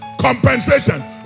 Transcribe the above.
compensation